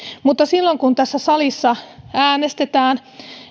mutta toivoisin että silloin kun tässä salissa äänestetään